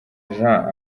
jean